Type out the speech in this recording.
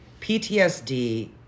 ptsd